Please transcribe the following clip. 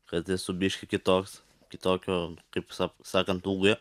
kad esu biškį kitoks kitokio kaip sa sakantūgio